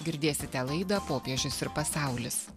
girdėsite laidą popiežius ir pasaulis